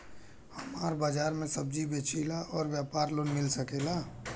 हमर बाजार मे सब्जी बेचिला और व्यापार लोन मिल सकेला?